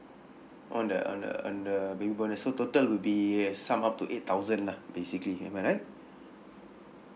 on the on the on the baby bonus so total will be sum up to eight thousand lah basically am I right